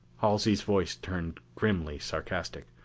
halsey's voice turned grimly sarcastic.